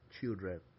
children